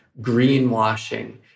greenwashing